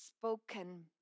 spoken